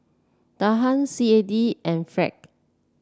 Dirham C A D and Franc